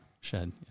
shed